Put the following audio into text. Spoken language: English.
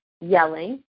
yelling